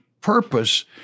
purpose